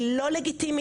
היא לא לגיטימית,